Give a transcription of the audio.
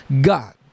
God